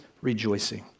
rejoicing